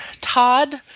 Todd